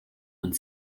und